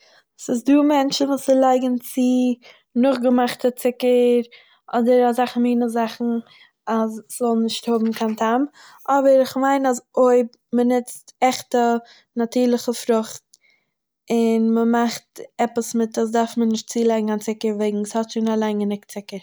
ס'איז דא מענטשען וואס ס'לייגן צו נאכגעמאכטע צוקער אדער אזעכע מינע זאכן אז ס'זאל נישט האבן קיין טעם אבער איך מיין אז אויב מ'נוצט עכטע נארטירליכע פרוכט און מ'מאכט עפעס מיט עס דארף מען נישט צולייגן א צוקער וועגן ס'האט שוין אליין גענוג צוקער.